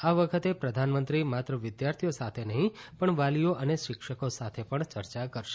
આ વખતે પ્રધાનમંત્રી માત્ર વિદ્યાર્થીઓ સાથે નહીં પણ વાલીઓ અને શિક્ષકો સાથે પણ ચર્ચા કરશે